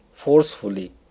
forcefully